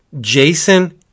Jason